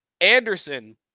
Anderson